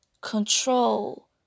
control